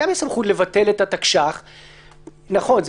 גם יש